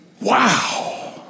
Wow